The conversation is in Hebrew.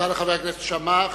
תודה לחבר הכנסת שאמה.